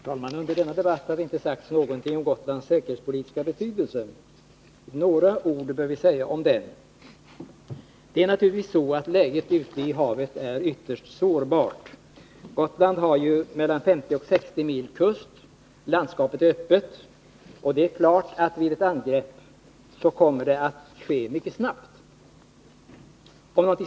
Herr talman! Under denna debatt har det inte sagts någonting om Gotlands säkerhetspolitiska betydelse. Några ord bör vi säga om denna. Läget ute i havet är naturligtvis ytterst sårbart. Gotland har mellan 50 och 60 mil kust, landskapet är öppet och det är klart att ett eventuellt angrepp kan komma att ske mycket snabbt.